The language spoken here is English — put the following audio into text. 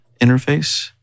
interface